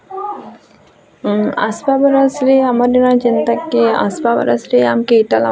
ଆସ୍ବା ବରଷ୍ରେ ଆମର୍ ଯେନ୍ତାକେ ଆସ୍ବା ବରଷ୍ରେ ଆମ୍କେ ଏଟା ଲାଗୁଛେ